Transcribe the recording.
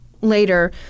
Later